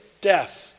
death